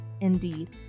indeed